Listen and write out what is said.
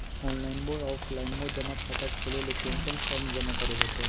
Online बोया offline जमा खाता खोले ले कोन कोन फॉर्म जमा करे होते?